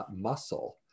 muscle